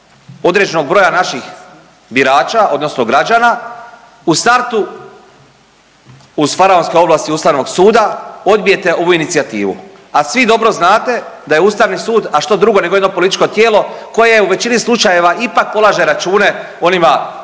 određenog broja naših birača odnosno građana u startu uz faraonske ovlasti Ustavnog suda odbijete ovu inicijativu, a svi dobro znate da je Ustavni sud, a što drugo nego jedno političko tijelo koje u većini slučajeva ipak polaže račune onima